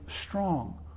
strong